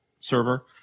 server